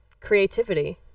creativity